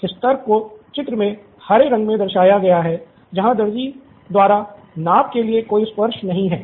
इस तर्क को चित्र मे हरे रंग मे दर्शया गया है जहां दर्जी द्वारा नाप के लिए कोई स्पर्श नहीं है